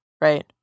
right